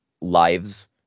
lives